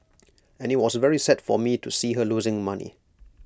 and IT was very sad for me to see her losing money